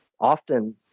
often –